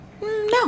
no